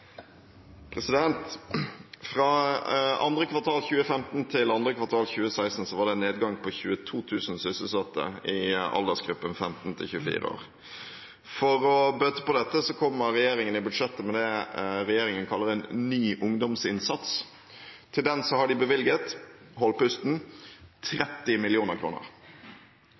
Fra andre kvartal 2015 til andre kvartal 2016 var det en nedgang på 22 000 sysselsatte i aldersgruppen 15–24 år. For å bøte på dette kommer regjeringen i budsjettet med det regjeringen kaller «en ny ungdomsinnsats». Til den har de bevilget – hold pusten – 30